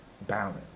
balance